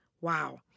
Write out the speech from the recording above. Wow